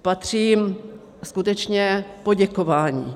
Patří jim skutečně poděkování.